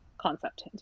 concept